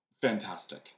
fantastic